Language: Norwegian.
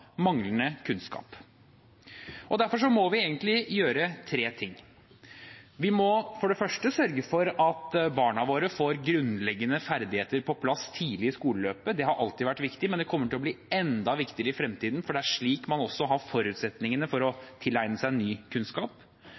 manglende kunnskap. Derfor må vi egentlig gjøre tre ting. Vi må for det første sørge for at barna våre får grunnleggende ferdigheter på plass tidlig i skoleløpet. Det har alltid vært viktig, men det kommer til å bli enda viktigere i fremtiden, for det er slik man også har forutsetninger for å tilegne seg ny kunnskap.